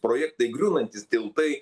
projektai griūvantys tiltai